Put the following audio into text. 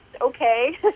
okay